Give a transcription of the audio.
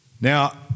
Now